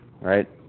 right